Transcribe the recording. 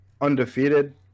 undefeated